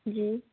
जी